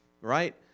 Right